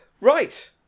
Right